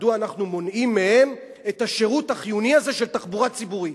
מדוע אנחנו מונעים מהם את השירות החיוני הזה של תחבורה ציבורית?